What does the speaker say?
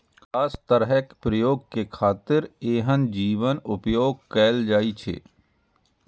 खास तरहक प्रयोग के खातिर एहन जीवक उपोयग कैल जाइ छै